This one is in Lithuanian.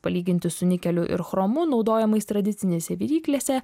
palyginti su nikeliu ir chromu naudojamais tradicinėse viryklėse